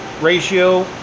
ratio